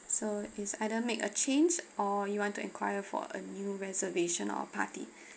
so it's either make a change or you want to enquire for a new reservation or party